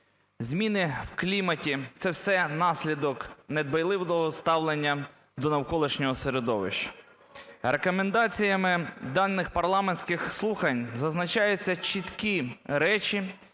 зміни в кліматі – це все наслідок недбайливого ставлення до навколишнього середовища. Рекомендаціями даних парламентських слухань зазначаються чіткі речі,